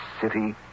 city